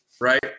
Right